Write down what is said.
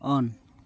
on